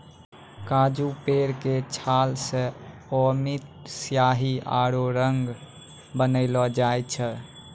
काजू पेड़ के छाल सॅ अमिट स्याही आरो रंग बनैलो जाय छै